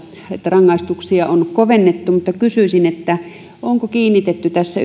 että rangaistuksia seksuaalirikoksista on kovennettu mutta kysyisin onko kiinnitetty tässä